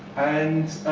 and